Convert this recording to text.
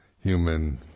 human